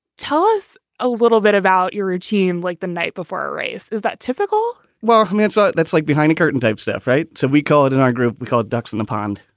tell us a little bit about your routine like the night before a race. is that typical? well, manzoor, that's like behind a curtain type stuff, right? so we call it in our group, we call ducks in the pond.